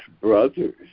brothers